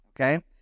Okay